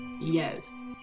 Yes